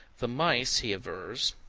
the mice, he avers,